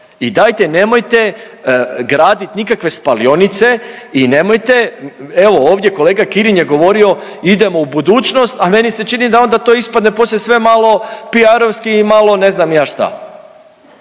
I dajte nemojte gradit nikakve spalionice i nemojte, evo ovdje kolega Kirin je govorio idemo u budućnost, a meni se čini da onda to ispadne sve malo PR-ovski i malo ne znam ja šta.